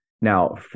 Now